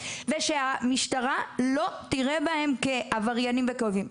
ושהמשטרה לא תראה בהם כעבריינים וכאויבים.